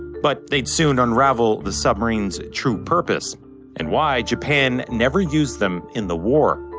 but they'd soon unravel the submarine's true purpose and why japan never used them in the war.